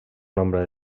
nombre